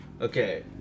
Okay